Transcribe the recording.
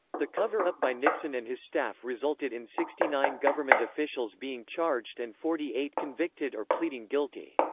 the cover up by nixon and his staff resulted in sixty nine government officials being charged and forty eight convicted or pleading guilty.